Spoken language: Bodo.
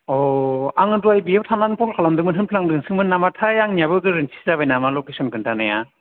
अह आङो दहाय बेयाव थाना फन खालामदोंमोन होनफ्लांदोंसोमोन नामाथाय आंनियाबो गोरोन्थि जाबाय नामा लकेसोन खोन्थानाया